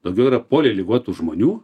daugiau yra poli ligotų žmonių